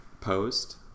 post